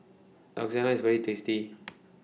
Lasagne IS very tasty